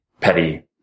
petty